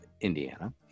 Indiana